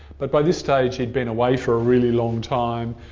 but by this stage, he'd been away for a really long time.